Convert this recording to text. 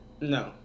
No